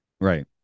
right